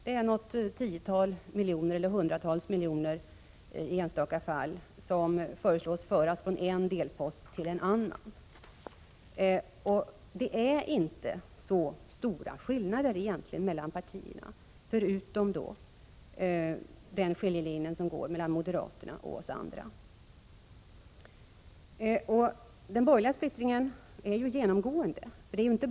Det är något tiotal eller i enstaka fall hundratal miljoner som föreslås föras från en delpost till en annan. Egentligen är det inte så stora skillnader mellan partierna, förutom den skiljelinje som går mellan moderaterna och oss andra. Men den borgerliga splittringen är genomgående.